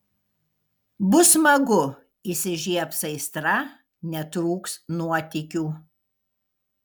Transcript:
bus smagu įsižiebs aistra netrūks nuotykių